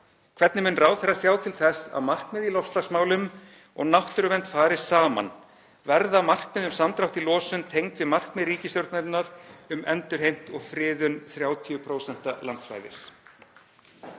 Hvernig mun ráðherra sjá til þess að markmið í loftslagsmálum og náttúruvernd fari saman? Verða markmið um samdrátt í losun tengd við markmið ríkisstjórnarinnar um endurheimt og friðun 30% landsvæðis?